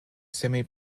semi